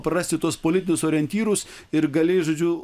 prarasti tuos politinius orientyrus ir gali žodžiu